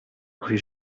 rue